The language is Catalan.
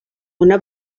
una